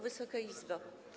Wysoka Izbo!